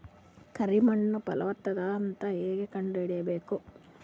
ಕರಿ ಮಣ್ಣು ಫಲವತ್ತಾಗದ ಅಂತ ಹೇಂಗ ಕಂಡುಹಿಡಿಬೇಕು?